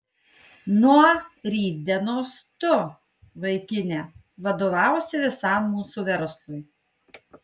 nuo rytdienos tu vaikine vadovausi visam mūsų verslui